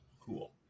cool